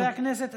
חברי הכנסת,